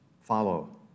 follow